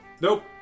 Nope